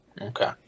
Okay